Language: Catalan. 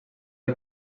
del